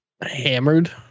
hammered